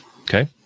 okay